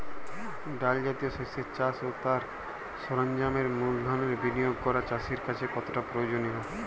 ডাল জাতীয় শস্যের চাষ ও তার সরঞ্জামের মূলধনের বিনিয়োগ করা চাষীর কাছে কতটা প্রয়োজনীয়?